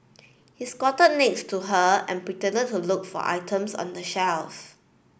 he squatted next to her and pretended to look for items on the shelves